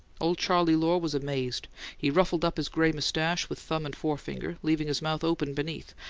old charley lohr was amazed he ruffled up his gray moustache with thumb and forefinger, leaving his mouth open beneath,